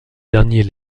dernier